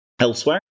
Elsewhere